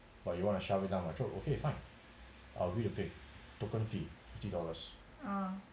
but you want to shovel it down my throat okay fine ah I'll pay token fee fifty dollars